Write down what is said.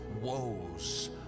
woes